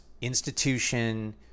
institution